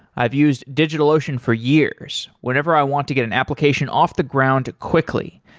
i've used digitalocean for years whenever i want to get an application off the ground quickly,